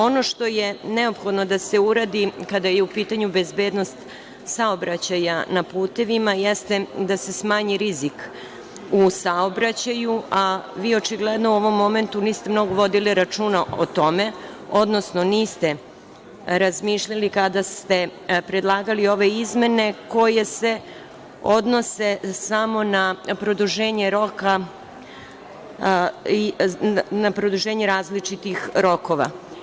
Ono što je neophodno da se uradi, kada je u pitanju bezbednost saobraćaja na putevima jeste da se smanji rizik u saobraćaju, a vi očigledno u ovom momentu niste mnogo vodili računa o tome, odnosno niste razmišljali kada ste predlagali ove izmene koje se odnose samo na produženje različitih rokova.